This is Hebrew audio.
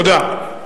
תודה.